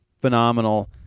phenomenal